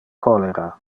cholera